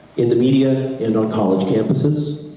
in the media and on college campuses?